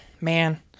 man